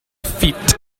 feet